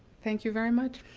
thank you very much.